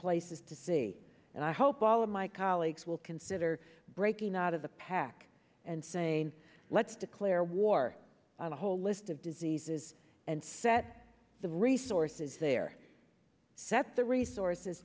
places to see and i hope all of my colleagues will consider breaking out of the pack and saying let's declare war on a whole list of diseases and set the resources there set the resources